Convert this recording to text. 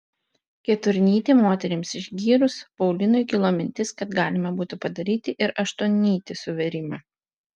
keturnytį moterims išgyrus paulinui kilo mintis kad galima būtų padaryti ir aštuonnytį suvėrimą